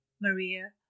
Maria